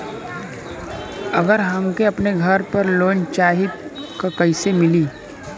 अगर हमके अपने घर पर लोंन चाहीत कईसे मिली?